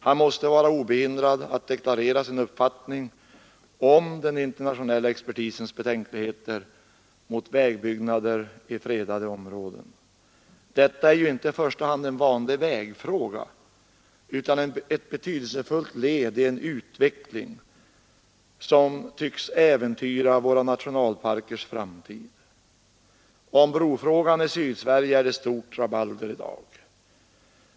Han måste vara oförhindrad att deklarera sin uppfattning om den internationella expertisens betänkligheter mot vägbyggnader i fredade områden. Detta är ju inte i första hand en vanlig vägfråga utan ett betydelsefullt led i en utveckling, som tycks äventyra våra nationalparkers framtid. Om brofrågan i Sydsverige är det ett stort rabalder i dag.